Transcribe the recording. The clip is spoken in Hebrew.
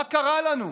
מה קרה לנו?